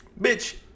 Bitch